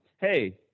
Hey